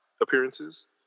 appearances